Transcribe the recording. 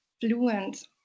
fluent